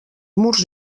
murs